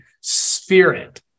spirit